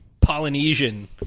Polynesian